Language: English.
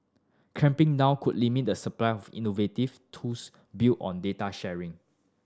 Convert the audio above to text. clamping down could limit the supply of innovative tools built on data sharing